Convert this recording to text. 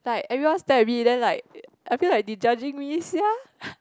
like everyone stare at me then like I feel like they judging me sia